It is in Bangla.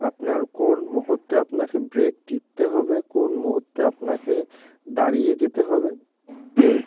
আপনার কোন মুহর্তে আপনাকে ব্রেক টিপতে হবে কোন মুহর্তে আপনাকে দাঁড়িয়ে যেতে হবে